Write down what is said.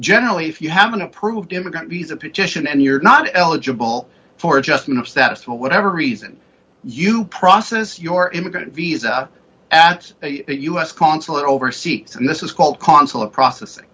generally if you have an approved immigrant visa petition and you're not eligible for adjustment of status for whatever reason you process your immigrant visa at u s consulate overseas and this is called consular processing